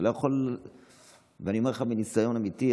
אני אומר לך מניסיון אמיתי,